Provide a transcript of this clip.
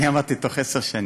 אני אמרתי: בתוך עשר שנים.